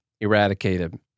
eradicated